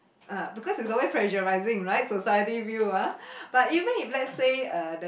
because is always pressurizing right society view ah but even if let's say uh the